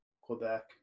Quebec